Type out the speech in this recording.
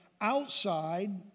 outside